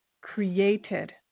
created